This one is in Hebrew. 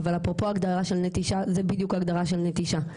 אפרופו הגדרה של נטישה, זה בדיוק הגדרה של נטישה.